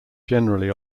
generally